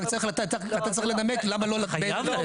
אתה רק צריך לנמק למה לא לתת.